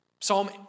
Psalm